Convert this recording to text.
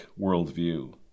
worldview